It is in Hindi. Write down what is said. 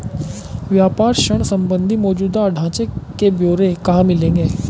व्यापार ऋण संबंधी मौजूदा ढांचे के ब्यौरे कहाँ मिलेंगे?